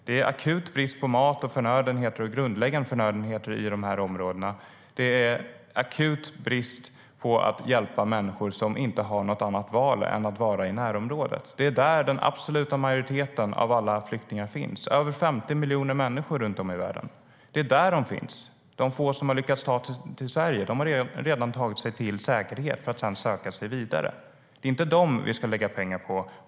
Det är akut brist på mat och andra grundläggande förnödenheter i dessa områden. Det är akut brist på hjälp till människor som inte har något annat val än att vara i närområdet. Det är där den absoluta majoriteten av alla flyktingar finns, över 50 miljoner människor runt om i världen. De få som lyckats ta sig till Sverige har redan tagit sig i säkerhet för att sedan söka sig vidare. Det är inte dem vi ska lägga pengar på.